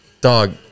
Dog